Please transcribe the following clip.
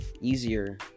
easier